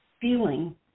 feeling